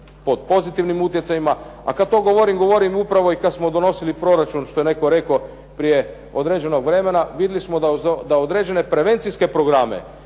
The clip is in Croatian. pod pozitivnim utjecajima. A kad to govorim, govorim upravo i kad smo donosili proračun što je netko rekao prije određenog vremena vidjeli smo da određene prevencijske programe